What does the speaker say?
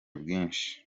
bwinshi